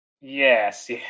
Yes